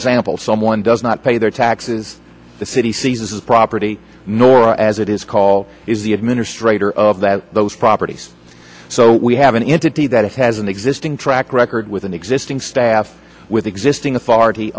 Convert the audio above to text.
example someone does not pay their taxes the city seizes the property nor as it is called is the administrator of that those properties so we have an entity that has an existing track record with an existing staff with existing authority